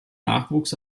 nachwuchs